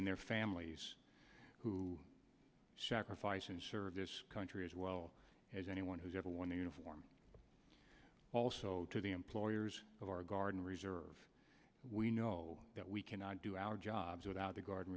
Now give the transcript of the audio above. and their families who sacrifice and service country as well as anyone who's ever worn the uniform also to the employers of our guard and reserve we know that we cannot do our jobs without the guard